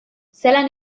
zelan